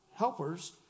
helpers